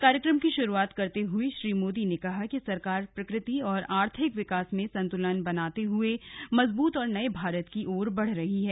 कार्यक्रम की शुरूआत करते हुए श्री मोदी ने कहा कि सरकार प्रकृति और आर्थिक विकास में संतुलन बनाते हुए मजबूत और नये भारत की ओर बढ़ रही है